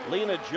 Lena